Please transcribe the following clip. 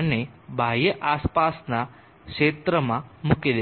અને બાહ્ય આસપાસના ક્ષેત્રમાં મૂકી દેશે